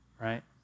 Right